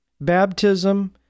baptism